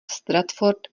stratford